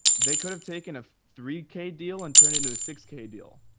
they could have taken a three k deal and turn it into a six k deal.